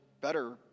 better